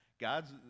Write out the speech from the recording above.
God's